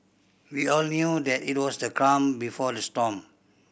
we all knew that it was the calm before the storm